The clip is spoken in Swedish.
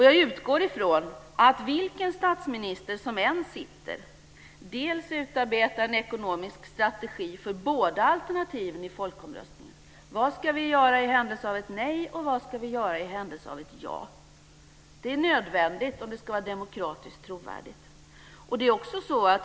Jag utgår från att vilken statsminister som än sitter utarbetar en ekonomisk strategi för båda alternativen i folkomröstningen, vad vi ska vi göra i händelse av ett nej och vad vi ska vi göra i händelse av ett ja. Det är nödvändigt om det ska vara demokratiskt trovärdigt.